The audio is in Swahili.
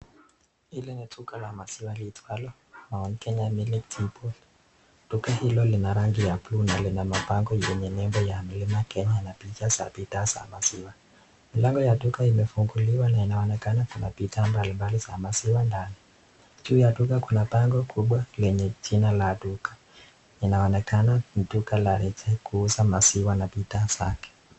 Hili ni duka la maziwa liitwalo Mount Kenya Milk depot, duka hilo lina rangi ya buluu na lina mabango yenye nembo ya mlima Kenya na picha za bidhaa za maziwa, mlango ya duka imefunguliwa na inaonekana kuna bidhaa mbalimbali za maziwa ndani, juu ya duka kuna bango kubwa lenye jina la duka, inaonekana ni duka la kuuza maziwa na bidhaa zake.